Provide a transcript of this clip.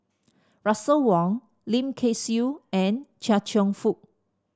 Russel Wong Lim Kay Siu and Chia Cheong Fook